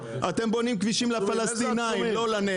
אתם בונים כבישים לפלסטינים, לא לנגב.